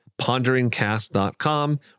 PonderingCast.com